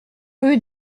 rue